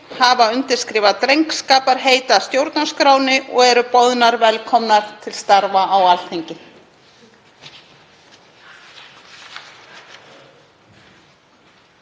hafa undirskrifað drengskaparheit að stjórnarskránni og eru boðnar velkomnar til starfa á Alþingi.